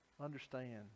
understand